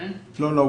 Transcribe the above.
לא נהוג